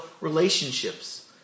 relationships